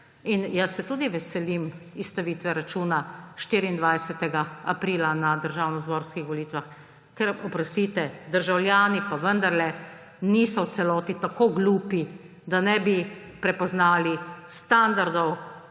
In jaz se tudi veselim izstavitve računa 24. aprila na državnozborskih volitvah, ker oprostite, državljani pa vendarle niso v celoti tako glupi, da ne bi prepoznali standardov,